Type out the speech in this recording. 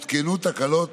מתוכנן כל הזמן.